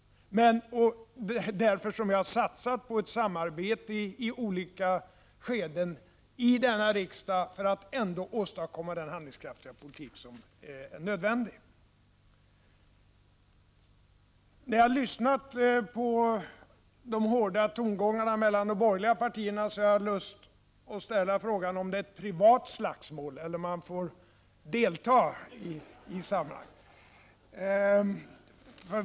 Därför har vi satsat på samarbete i olika skeden i denna riksdag för att ändå åstadkomma den handlingskraftiga politik som är nödvändig. Efter att ha lyssnat på de hårda tongångarna mellan de borgerliga partiledarna har jag lust att ställa frågan om det är ett privat slagsmål eller om jag får delta.